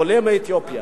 עולה מאתיופיה,